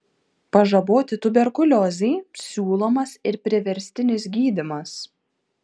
pažaboti tuberkuliozei siūlomas ir priverstinis gydymas